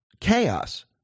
chaos